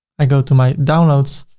i go to my downloads.